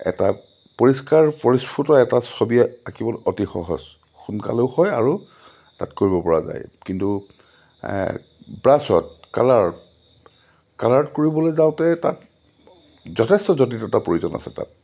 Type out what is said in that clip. এটা পৰিষ্কাৰ পৰিস্ফুত এটা ছবি আঁকিবলৈ অতি সহজ সোনকালেও হয় আৰু তাত কৰিব পৰা যায় কিন্তু ব্ৰাছত কালাৰত কালাৰত কৰিবলৈ যাওঁতে তাত যথেষ্ট জটিলতাৰ প্ৰয়োজন আছে তাত